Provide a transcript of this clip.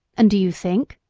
and do you think,